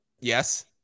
Yes